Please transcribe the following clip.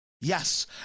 yes